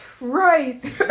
right